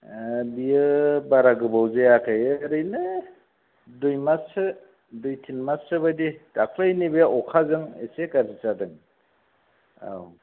बियो बारा गोबाव जायाखै ओरैनो दुइमाससो दुइ थिनमाससो बायदि दाखालिनि बे अखाजों इसे गाज्रि जादों औ